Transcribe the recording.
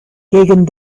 gegen